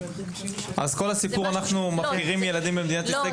אז כל הסיפור הוא שאנחנו מפקירים במדינת ישראל,